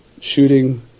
shooting